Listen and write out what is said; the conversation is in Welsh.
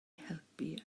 helpu